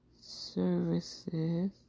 services